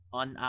on